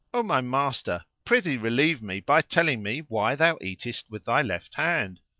o my master, prithee relieve me by telling me why thou eatest with thy left hand?